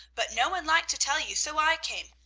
but no one liked to tell you, so i came.